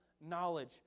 knowledge